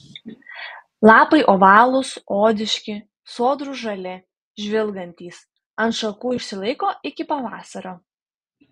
lapai ovalūs odiški sodrūs žali žvilgantys ant šakų išsilaiko iki pavasario